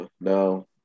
no